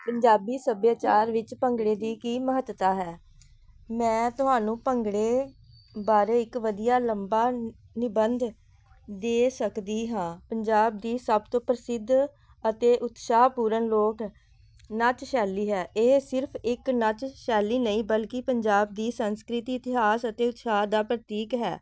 ਪੰਜਾਬੀ ਸੱਭਿਆਚਾਰ ਵਿੱਚ ਭੰਗੜੇ ਦੀ ਕੀ ਮਹੱਤਤਾ ਹੈ ਮੈਂ ਤੁਹਾਨੂੰ ਭੰਗੜੇ ਬਾਰੇ ਇੱਕ ਵਧੀਆ ਲੰਬਾ ਨਿਬੰਧ ਦੇ ਸਕਦੀ ਹਾਂ ਪੰਜਾਬ ਦੀ ਸਭ ਤੋਂ ਪ੍ਰਸਿੱਧ ਅਤੇ ਉਤਸ਼ਾਹ ਪੂਰਨ ਲੋਕ ਨੱਚ ਸ਼ੈਲੀ ਹੈ ਇਹ ਸਿਰਫ਼ ਇੱਕ ਨੱਚ ਸ਼ੈਲੀ ਨਹੀਂ ਬਲਕਿ ਪੰਜਾਬ ਦੀ ਸੰਸਕ੍ਰਿਤੀ ਇਤਿਹਾਸ ਅਤੇ ਉਤਸ਼ਾਹ ਦਾ ਪ੍ਰਤੀਕ ਹੈ